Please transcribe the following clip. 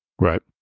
Right